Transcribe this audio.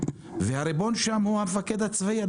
והריבון שם הוא המפקד הצבאי,